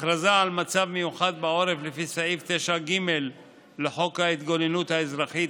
הכרזה על מצב מיוחד בעורף לפי סעיף 9ג לחוק ההתגוננות האזרחית,